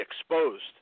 exposed